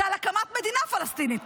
זה על הקמת מדינה פלסטינית,